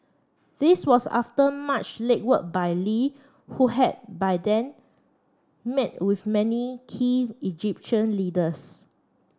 this was after much legwork by Lee who had by then met with many key Egyptian leaders